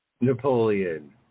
Napoleon